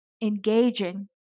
engaging